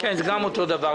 זה אותו דבר.